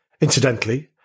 Incidentally